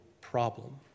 problem